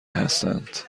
هستند